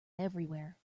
everywhere